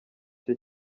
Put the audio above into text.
cye